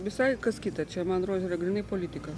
visai kas kita čia man atrodo yra grynai politika